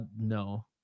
no